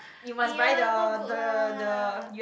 !eeyer! not good lah